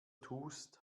tust